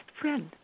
friend